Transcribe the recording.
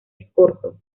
escorzo